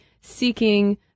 seeking